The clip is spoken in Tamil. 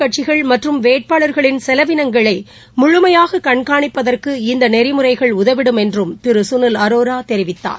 கட்சிகள் அரசியல் மற்றும் வேட்பாளர்களின் செலவினங்கள் முழுமையாககண்காணிப்பதற்கு இந்தநெறிமுறைகள் உதவிடும் என்றும் சுனில் திரு அரோராதெரிவித்தார்